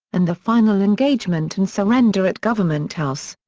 and the final engagement and surrender at government house.